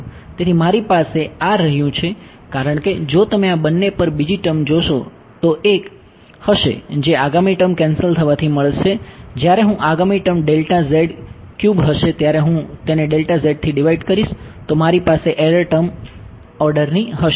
તેથી મારી પાસે આ રહ્યું છે કારણ કે જો તમે આ બંને પર બીજી ટર્મ જોશો તો એક હશે જે આગામી ટર્મ કેન્સલ થવાથી મળશે જ્યારે હું આગામી ટર્મ ડેલ્ટા z ક્યુબ હશે જ્યારે હું તેને થી ડિવાઈડ કરીશ તો મારી પાસે એરર ટર્મ જે ઓર્ડરની હશે